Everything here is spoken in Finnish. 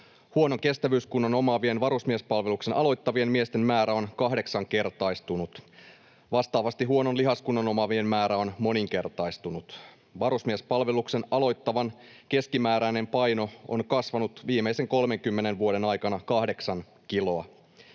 Huonon kestävyyskunnon omaavien varusmiespalveluksen aloittavien miesten määrä on kahdeksankertaistunut. Vastaavasti huonon lihaskunnon omaavien määrä on moninkertaistunut. Varusmiespalveluksen aloittavan keskimääräinen paino on kasvanut viimeisen 30 vuoden aikana kahdeksan kiloa.